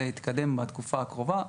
זה יתקדם בתקופה הקרובה.